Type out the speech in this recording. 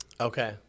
Okay